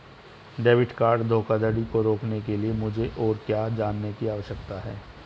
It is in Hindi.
डेबिट कार्ड धोखाधड़ी को रोकने के लिए मुझे और क्या जानने की आवश्यकता है?